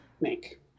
make